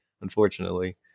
unfortunately